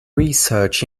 research